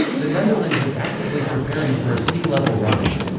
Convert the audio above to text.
the netherlands is actively preparing for a sea level rise.